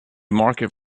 market